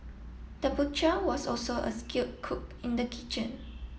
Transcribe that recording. the butcher was also a skilled cook in the kitchen